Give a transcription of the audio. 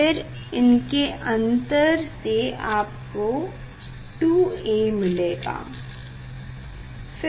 फिर इनके अंतर से आपको 2A मिलेगा